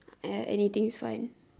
ya anything is fine